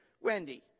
Wendy